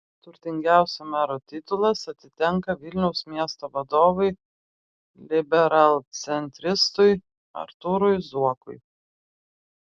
turtingiausio mero titulas atitenka vilniaus miesto vadovui liberalcentristui artūrui zuokui